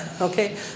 Okay